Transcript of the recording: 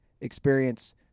experience